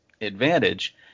advantage